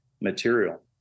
material